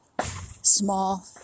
small